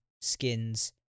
skins